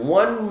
one